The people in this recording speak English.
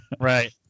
right